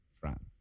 France